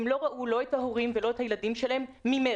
הם לא ראו לא את ההורים ולא את הילדים שלהם ממרץ,